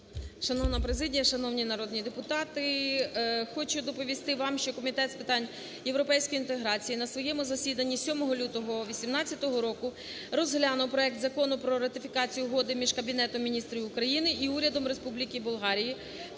Шановна президія, шановні народні депутати! Хочу доповісти вам, що Комітет з питань європейської інтеграції на своєму засідання 7 лютого 2018 року розглянув проект Закону про ратифікацію Угоди між Кабінет Міністрів України і Урядом Республіки Болгарія